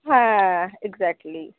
হ্যাঁ এগজ্যাক্টলি